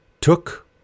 took